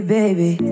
baby